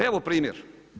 Evo primjer.